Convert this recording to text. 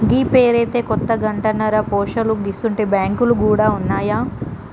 గీ పేరైతే కొత్తగింటన్నరా పోశాలూ గిసుంటి బాంకులు గూడ ఉన్నాయా